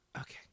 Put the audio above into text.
okay